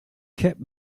kept